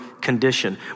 condition